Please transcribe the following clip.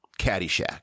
Caddyshack